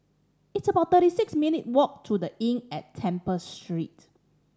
it's about thirty six minute walk to The Inn at Temple Street